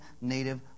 native